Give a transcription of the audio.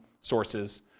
sources